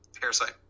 parasite